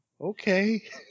okay